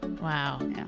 Wow